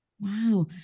Wow